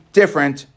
different